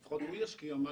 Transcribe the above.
לפחות הוא ישקיע משהו,